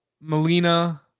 Melina